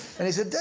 and he said,